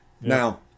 Now